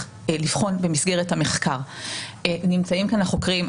לבחון במסגרת המחקר נמצאים כאן החוקרים.